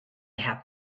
had